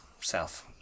south